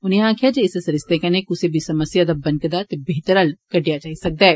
उनें आक्खेआ जे इस सरिस्तें कन्नै कुसै बी समस्या दा बनकदा ते बेहतर हल्ल कड्ढेआ जाई सकदा ऐ